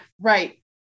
right